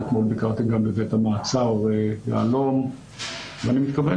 אתמול ביקרתי גם בבית המועצה אלון ואני מתכוון